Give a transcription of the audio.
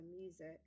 music